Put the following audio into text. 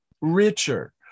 richer